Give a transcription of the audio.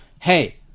hey